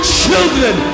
children